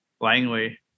Langley